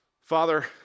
Father